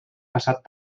passat